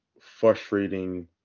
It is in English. frustrating